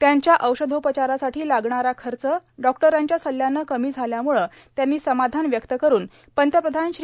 त्यांच्या औषधोपचारासाठी लागणारा खर्च डॉक्टरांच्या सल्याने कमी झाल्याम्ळे त्यांनी समाधान व्यक्त करुन पंतप्रधान श्री